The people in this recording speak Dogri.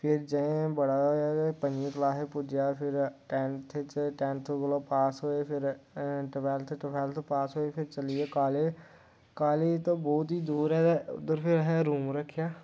फिर जे बड़ा होया पंजमी क्लॉस च पुज्जेआ फिर टेंथ च टेंथ कोला पास होये फिर टवेल्थ पास होए फिर चलियै कॉलेज़ कॉलेज़ इ'त्थुं बहोत ई दूर ऐ उद्धर फिर असें रूम रक्खेआ